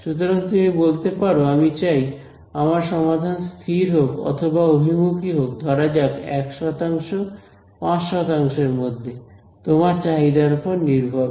সুতরাং তুমি বলতে পারো আমি চাই আমার সমাধান স্থির হোক অথবা অভিমুখী হোক ধরা যাক 1 শতাংশ 5 শতাংশের মধ্যে তোমার চাহিদার উপর নির্ভর করে